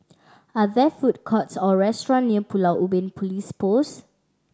are there food courts or restaurant near Pulau Ubin Police Post